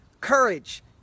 courage